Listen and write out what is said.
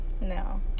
no